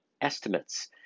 estimates